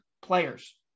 players